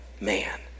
man